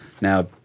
now